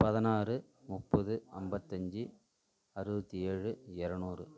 பதினாறு முப்பது ஐம்பத்தஞ்சி அறுபத்தி ஏழு இரநூறு